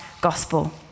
gospel